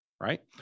right